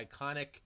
iconic